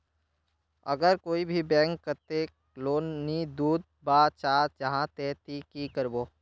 अगर कोई भी बैंक कतेक लोन नी दूध बा चाँ जाहा ते ती की करबो?